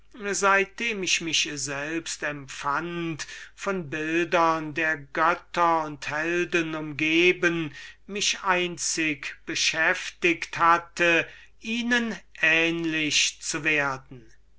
dem ich mich selbst empfand von bildern der götter und helden umgeben mich einzig beschäftigt hatte ihnen ähnlich zu werden